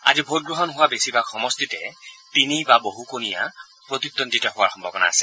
আজি ভোটগ্ৰহণ হোৱা বেছিভাগ সমষ্টিতে তিনি বা বহু কোণীয়া প্ৰতিদ্বন্দ্বিতা হোৱাৰ সম্ভাৱনা আছে